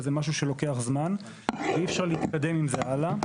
זה משהו שלוקח זמן ואי אפשר להתקדם עם זה הלאה.